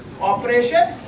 Operation